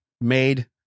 made